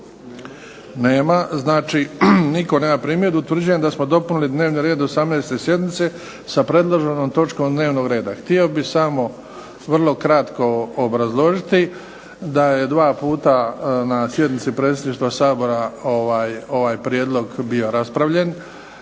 Nema. Znači nitko nema primjedbu. Utvrđujem da smo dopunili dnevni red 18. sjednice sa predloženom točkom dnevnog reda. Htio bih samo vrlo kratko obrazložiti da je dva puta na sjednici Predsjedništva Sabora ovaj prijedlog bio raspravljen.